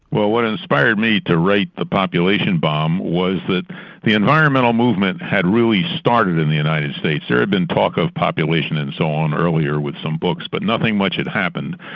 what what inspired me to write the population bomb was that the environmental movement had really started in the united states. there had been talk of population and so on earlier with some books but nothing much had happened.